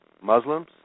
Muslims